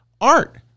art